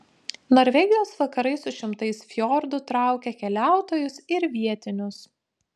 norvegijos vakarai su šimtais fjordų traukia keliautojus ir vietinius